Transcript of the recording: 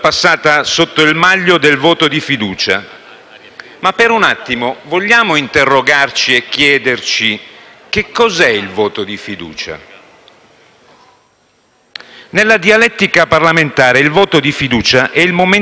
Nella dialettica parlamentare il voto di fiducia è il momento politico più alto: una corale assunzione di responsabilità rispetto ad un progetto, ad un programma ad una visione.